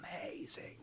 amazing